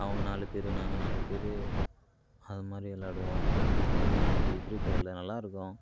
அவங்க நாலு பேர் நாங்கள் நாலு பேர் அது மாதிரி விளாடுவோம் ரூம் மேட்ச் ஃப்ரிஃபயர்ல நல்லாருக்கும்